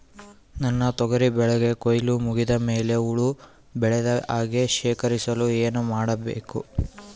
ನನ್ನ ತೊಗರಿ ಬೆಳೆಗೆ ಕೊಯ್ಲು ಮುಗಿದ ಮೇಲೆ ಹುಳು ಬೇಳದ ಹಾಗೆ ಶೇಖರಿಸಲು ಏನು ಮಾಡಬೇಕು?